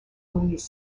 louise